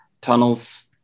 Tunnels